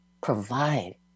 provide